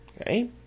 okay